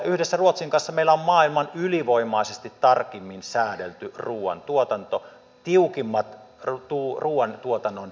yhdessä ruotsin kanssa meillä on maailman ylivoimaisesti tarkimmin säädelty ruoantuotanto tiukimmat ruoantuotannon kriteerit